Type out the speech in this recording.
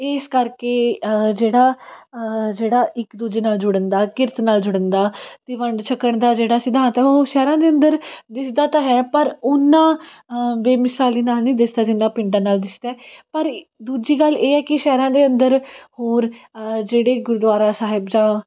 ਇਸ ਕਰਕੇ ਜਿਹੜਾ ਜਿਹੜਾ ਇੱਕ ਦੂਜੇ ਨਾਲ਼ ਜੁੜਨ ਦਾ ਕਿਰਤ ਨਾਲ਼ ਜੁੜਨ ਦਾ ਅਤੇ ਵੰਡ ਛਕਣ ਦਾ ਜਿਹੜਾ ਸਿਧਾਂਤ ਹੈ ਉਹ ਸ਼ਹਿਰਾਂ ਦੇ ਅੰਦਰ ਦਿਸਦਾ ਤਾਂ ਹੈ ਪਰ ਉਨਾਂ ਬੇਮਿਸਾਲੀ ਨਾਲ਼ ਨਹੀਂ ਦਿਸਦਾ ਜਿੰਨਾਂ ਪਿੰਡਾਂ ਨਾਲ਼ ਦਿਸਦਾ ਪਰ ਦੂਜੀ ਗੱਲ ਇਹ ਹੈ ਕਿ ਸ਼ਹਿਰਾਂ ਦੇ ਅੰਦਰ ਹੋਰ ਜਿਹੜੇ ਗੁਰਦੁਆਰਾ ਸਾਹਿਬ ਜਾਂ